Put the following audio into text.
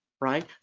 right